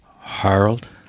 Harold